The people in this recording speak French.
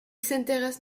s’intéresse